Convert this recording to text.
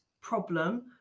problem